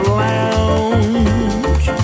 lounge